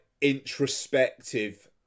introspective